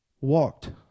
walked